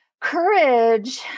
Courage